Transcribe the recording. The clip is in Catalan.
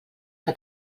que